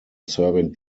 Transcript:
serving